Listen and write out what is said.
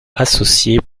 associées